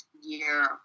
year